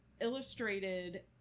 illustrated